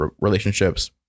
relationships